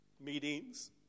Meetings